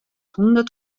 hûndert